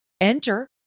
enter